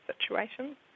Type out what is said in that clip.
situation